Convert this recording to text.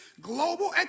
global